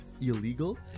illegal